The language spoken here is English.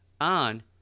on